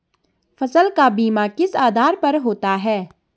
फसल का बीमा किस आधार पर होता है?